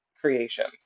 creations